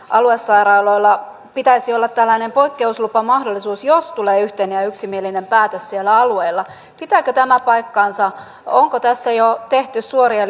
aluesairaaloilla pitäisi olla tällainen poikkeuslupamahdollisuus jos tulee yhteinen ja yksimielinen päätös siellä alueella pitääkö tämä paikkansa onko tässä jo tehty suoria